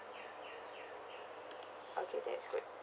okay that's great